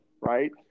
right